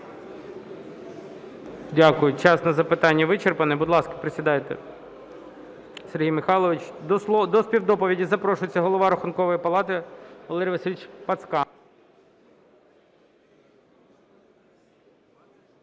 Дякую. Час на запитання вичерпаний. Будь ласка, присідайте, Сергій Михайлович. До співдоповіді запрошується Голова Рахункової палати Валерій Васильович Пацкан.